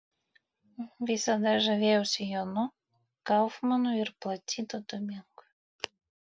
visada žavėjausi jonu kaufmanu ir placido domingu